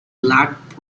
luck